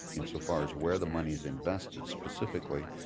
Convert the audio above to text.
insofar as where the money is invested specifically,